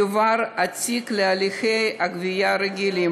יועבר התיק להליכי הגבייה הרגילים.